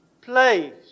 place